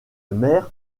mer